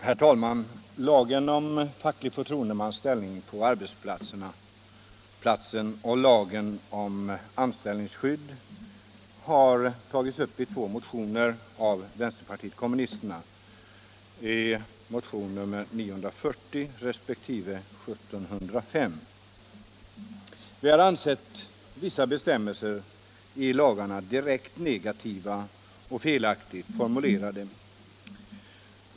Herr talman! Lagen om facklig förtroendemans ställning på arbetsplatsen och lagen om anställningsskydd har tagits upp av vänsterpartiet kommunisterna i två motioner, nr 940 resp. 1705. Vi har ansett vissa bestämmelser i lagarna direkt negativa och felaktigt formulerade.